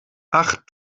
ach